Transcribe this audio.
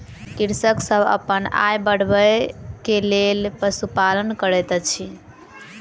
कृषक सभ अपन आय बढ़बै के लेल पशुपालन करैत अछि